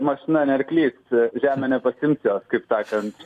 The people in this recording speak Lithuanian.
mašina ne arklys žemė nepasiims jos kaip sakant